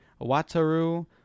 Wataru